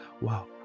wow